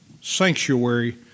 sanctuary